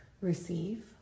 receive